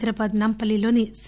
హైదరాబాద్ నాంప ల్లిలోని సి